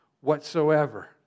whatsoever